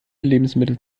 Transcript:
lebensmittel